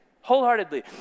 wholeheartedly